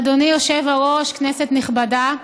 אדוני היושב-ראש, כנסת נכבדה,